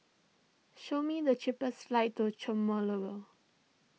show me the cheapest flights to